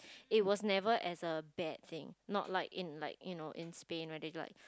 it was never as a bad thing not like in like you know Spain where they like